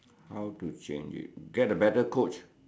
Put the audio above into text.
how to change get a better Coach